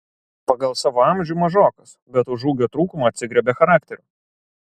pagal savo amžių mažokas bet už ūgio trūkumą atsigriebia charakteriu